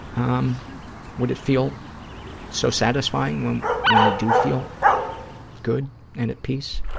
um would it feel so satisfying when when we do feel good and at peace?